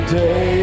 day